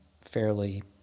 fairly